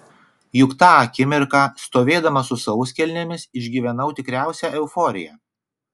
juk tą akimirką stovėdama su sauskelnėmis išgyvenau tikriausią euforiją